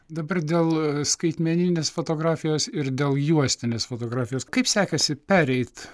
dabar dėl skaitmeninės fotografijos ir dėl juostinės fotografijos kaip sekasi pereit